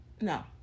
No